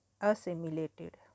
assimilated